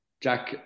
Jack